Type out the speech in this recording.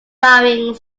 varying